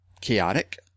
chaotic